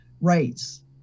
rights